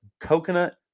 coconut